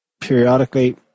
periodically